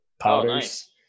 powders